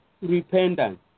repentance